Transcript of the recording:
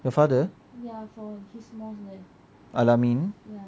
your father al-amin